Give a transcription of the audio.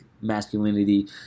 masculinity